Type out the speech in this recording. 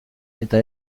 eta